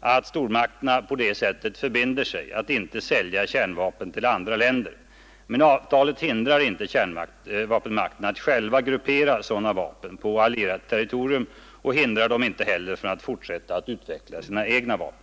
att stormakterna på det sättet förbinder sig att inte sälja kärnvapen till andra länder, men avtalet hindrar inte kärnvapenmakterna att själva gruppera kärnvapen på allierat territorium och hindrar dem heller inte från att fortsätta att utveckla sina egna vapen.